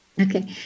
Okay